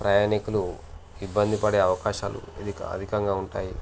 ప్రయాణికులు ఇబ్బంది పడే అవకాశాలు అధిక అధికంగా ఉంటాయి